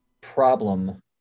problem